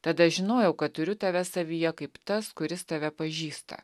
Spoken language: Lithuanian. tada žinojau kad turiu tave savyje kaip tas kuris tave pažįsta